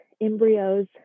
embryos